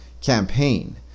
campaign